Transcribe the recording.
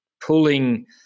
pulling –